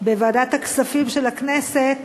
בוועדת הכספים של הכנסת